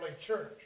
church